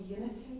unity